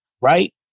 right